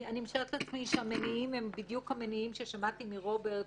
אני משערת לעצמי שהמניעים הם בדיוק המניעים ששמעתי מרוברט,